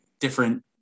different